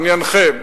עניינכם.